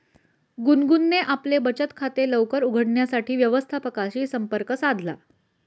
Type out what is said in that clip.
गुनगुनने आपले बचत खाते लवकर उघडण्यासाठी व्यवस्थापकाशी संपर्क साधला